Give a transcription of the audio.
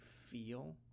feel